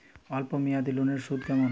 অল্প মেয়াদি লোনের সুদ কেমন?